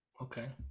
Okay